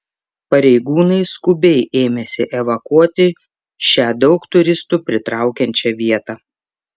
pareigūnai skubiai ėmėsi evakuoti šią daug turistų pritraukiančią vietą